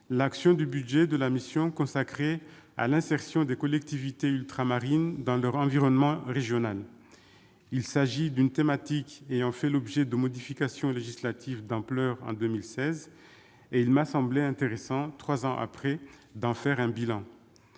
l'action du budget de la mission consacrée à l'insertion des collectivités ultramarines dans leur environnement régional. Dans la mesure où cette thématique a fait l'objet de modifications législatives d'ampleur en 2016, il m'a semblé intéressant, trois ans après, d'en faire un bilan.